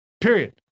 Period